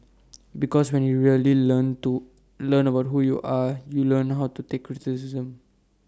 because when you really learn to learn about who you are you learn how to take